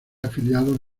afiliados